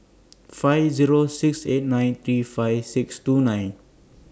five Zero six eight nine three five six two nine